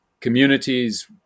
Communities